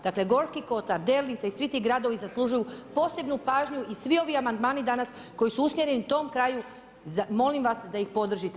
Dakle, Gorski kotar, Delnice i svi ti gradovi zaslužuju posebnu pažnju i svi ovi amandmani danas koji su usmjereni tom kraju, molim vas da ih podržite.